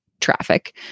traffic